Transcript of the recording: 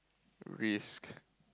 risk